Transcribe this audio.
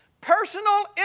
personal